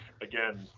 again